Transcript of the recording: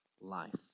life